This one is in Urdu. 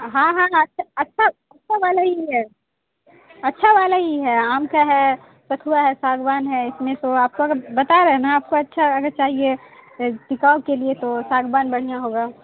ہاں ہاں ہاں اچھا اچھا والا ہی ہے اچھا والا ہی ہے آم کا ہے ساکھو ہے ساگوان ہے اس میں تو آپ کو بتا رہے ہیں نا آپ کو اچھا اگر چاہیے ٹکاؤ کے لیے تو ساگون بڑھیا ہوگا